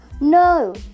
No